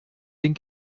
den